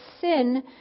sin